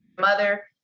mother